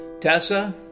Tessa